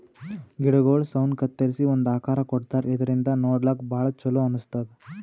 ಗಿಡಗೊಳ್ ಸೌನ್ ಕತ್ತರಿಸಿ ಒಂದ್ ಆಕಾರ್ ಕೊಡ್ತಾರಾ ಇದರಿಂದ ನೋಡ್ಲಾಕ್ಕ್ ಭಾಳ್ ಛಲೋ ಅನಸ್ತದ್